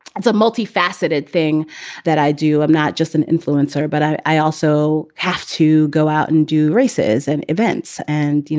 it's a multifaceted thing that i do. i'm not just an influencer, but i also have to go out and do races and events and, you